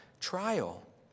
trial